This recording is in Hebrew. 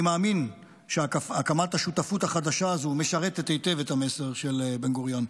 אני מאמין שהקמת השותפות החדשה הזו משרתת היטב את המסר של בן-גוריון.